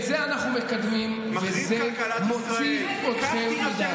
את זה אנחנו מקדמים, וזה מוציא אתכם מדעתכם.